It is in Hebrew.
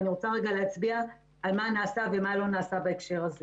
אני רוצה רגע להצביע על מה נעשה ומה לא נעשה בהקשר הזה